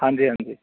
ਹਾਂਜੀ ਹਾਂਜੀ